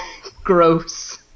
gross